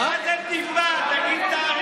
מה זה, תגיד תאריך.